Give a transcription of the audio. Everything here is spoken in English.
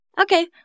Okay